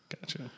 Gotcha